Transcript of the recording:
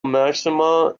maxima